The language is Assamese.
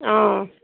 অ'